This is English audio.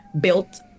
built